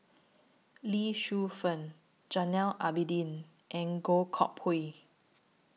Lee Shu Fen Zainal Abidin and Goh Koh Pui